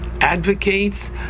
advocates